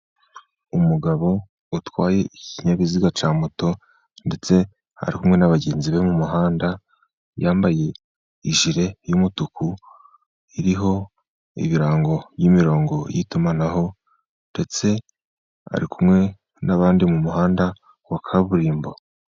Umugabo utwaye ikinyabiziga cya moto, ndetse ari kumwe n'abagenzi be mu muhanda, yambaye ijire y'umutuku iriho ibirango by'imirongo y'itumanaho, ndetse ari kumwe n'abandi mu muhanda wa kaburimbo.